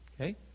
Okay